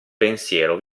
pensiero